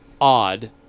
odd